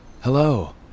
Hello